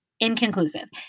Inconclusive